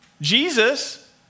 Jesus